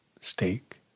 steak